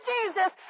Jesus